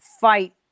fight